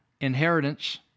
inheritance